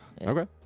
Okay